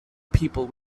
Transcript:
people